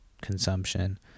consumption